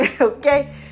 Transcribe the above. Okay